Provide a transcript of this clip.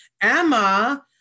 Emma